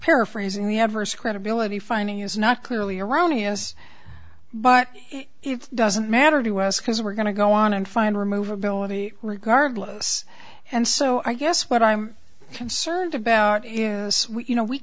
paraphrasing the evers credibility finding is not clearly erroneous but it doesn't matter to us because we're going to go on and find remove ability regardless and so i guess what i'm concerned about is you know we